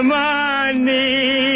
money